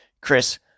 Chris